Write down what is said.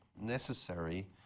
necessary